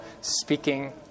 speaking